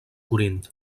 corint